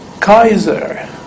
Kaiser